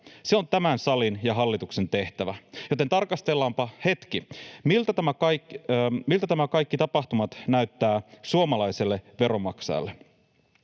Se on tämän salin ja hallituksen tehtävä, joten tarkastellaanpa hetki, miltä nämä kaikki tapahtumat näyttävät suomalaiselle veronmaksajalle.